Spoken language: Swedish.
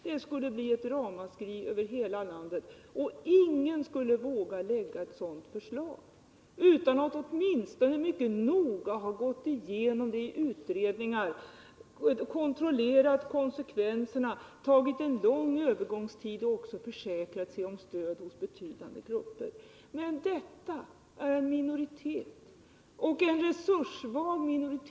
Det skulle bli ett ramaskri över hela landet, och ingen skulle f. ö. våga lägga fram ett sådant förslag utan att åtminstone mycket noga ha bearbetat det i utredningar, kontrollerat konsekvenserna av det, tagit en lång övergångstid och också försäkrat sig om stöd hos betydande grupper. Men nu handlar det om en minoritet, en resurssvag minoritet.